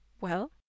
Well